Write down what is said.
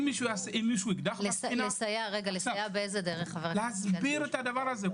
- להסביר את הדבר הזה.